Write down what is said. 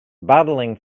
battling